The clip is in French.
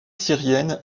syrienne